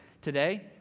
today